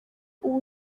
ubu